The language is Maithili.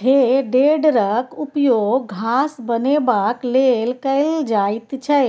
हे टेडरक उपयोग घास बनेबाक लेल कएल जाइत छै